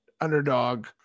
underdog